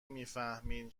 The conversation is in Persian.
میفهمین